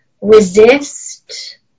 Resist